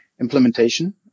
implementation